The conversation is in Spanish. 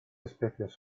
especies